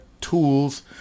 tools